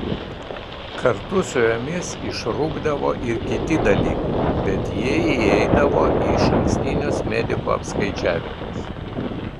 kartu su jomis išrūkdavo ir kiti dalykai bet jie įeidavo į išankstinius medikų apskaičiavimus